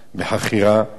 וגישה לאתר.